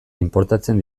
inportatzen